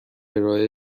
ارائه